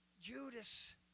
Judas